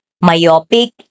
myopic